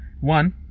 one